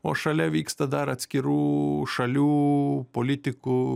o šalia vyksta dar atskirų šalių politikų